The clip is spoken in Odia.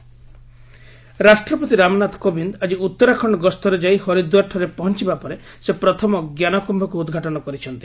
ପ୍ରେସିଡେଣ୍ଟ ରାଷ୍ଟ୍ରପତି ରାମନାଥ କୋବିନ୍ଦ ଆକି ଉତ୍ତରାଖଣ୍ଡ ଗସ୍ତରେ ଯାଇ ହରିଦ୍ୱାରଠାରେ ପହଞ୍ଚବା ପରେ ସେ ପ୍ରଥମ ଜ୍ଞାନକ୍ୟକୁ ଉଦ୍ଘାଟନ କରିଛନ୍ତି